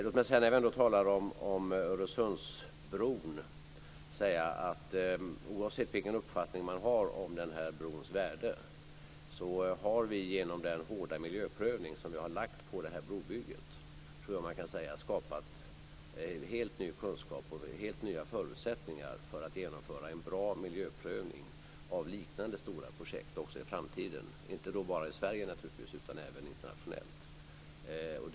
Låt mig när vi ändå talar om Öresundsbron säga så här: Oavsett vilken uppfattning man har om denna bros värde tror jag att man kan säga att vi genom den hårda miljöprövning som vi lagt på detta brobygge har skapat helt ny kunskap och helt nya förutsättningar för att genomföra en bra miljöprövning av liknande stora projekt också i framtiden, naturligtvis inte bara i Sverige utan även internationellt.